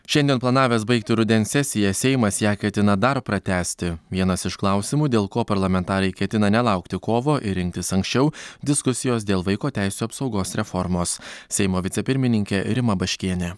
šiandien planavęs baigti rudens sesiją seimas ją ketina dar pratęsti vienas iš klausimų dėl ko parlamentarai ketina nelaukti kovo ir rinktis anksčiau diskusijos dėl vaiko teisių apsaugos reformos seimo vicepirmininkė rima baškienė